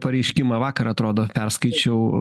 pareiškimą vakar atrodo perskaičiau